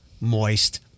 moist